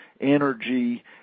energy